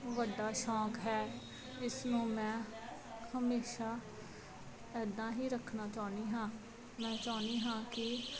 ਵੱਡਾ ਸ਼ੌਕ ਹੈ ਇਸਨੂੰ ਮੈਂ ਹਮੇਸ਼ਾ ਇੱਦਾਂ ਹੀ ਰੱਖਣਾ ਚਾਹੁੰਦੀ ਹਾਂ ਮੈਂ ਚਾਹੁੰਦੀ ਹਾਂ ਕਿ